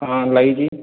ହଁ ଲାଗିଛି